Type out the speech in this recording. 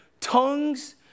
tongues